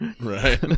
right